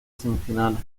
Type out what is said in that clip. semifinales